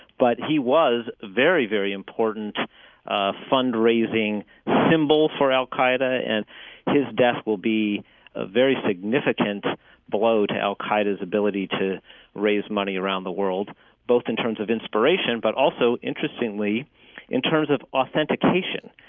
but he was a very, very important ah fundraising symbol for al-qaida and his death will be a very significant blow to al-qaida's ability to raise money around the world both in terms of inspiration, but also interestingly in terms of authentication.